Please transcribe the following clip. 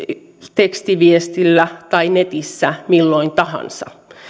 tekstiviestillä tai netissä milloin tahansa